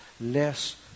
less